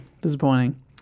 disappointing